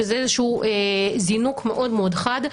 שזה זינוק מאוד חד.